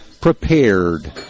prepared